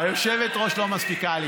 היושבת-ראש לא מסכימה.